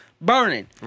Burning